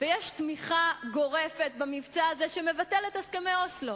ויש תמיכה גורפת במבצע הזה, שמבטל את הסכמי אוסלו.